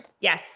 Yes